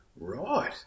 Right